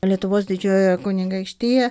lietuvos didžiojoje kunigaikštyja